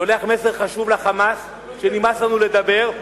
שולח מסר חמור ל"חמאס" שנמאס לנו לדבר.